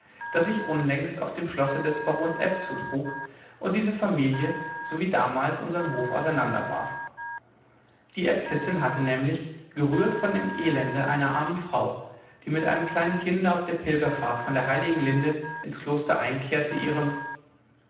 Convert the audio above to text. das sich unlängst auf dem schlosse des barons f zutrug und diese familie so wie damals unsern hof auseinanderwarf die äbtissin hatte nämlich gerührt von dem elende einer armen frau die mit einem kleinen kinde auf der pilgerfahrt von der heiligen linde ins kloster einkehrte ihren